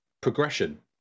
progression